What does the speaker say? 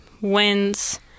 wins